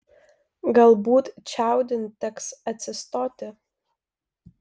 galbūt čiaudint teks atsistoti